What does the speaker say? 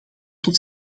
tot